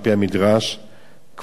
קבורים בהם דוד ושלמה המלך.